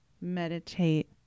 meditate